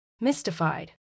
mystified